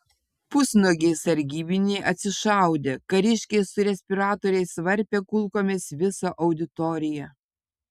pusnuogiai sargybiniai atsišaudė kariškiai su respiratoriais varpė kulkomis visą auditoriją